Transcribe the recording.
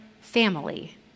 family